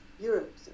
Europe